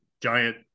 giant